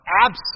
absent